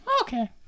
Okay